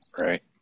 Right